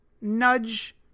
nudge